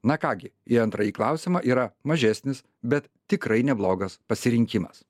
na ką gi į antrąjį klausimą yra mažesnis bet tikrai neblogas pasirinkimas